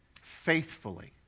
faithfully